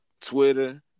Twitter